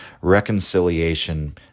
reconciliation